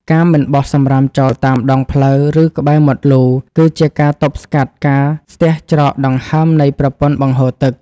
ការមិនបោះសំរាមចោលតាមដងផ្លូវ ឬក្បែរមាត់លូ គឺជាការទប់ស្កាត់ការស្ទះច្រកដង្ហើមនៃប្រព័ន្ធបង្ហូរទឹក។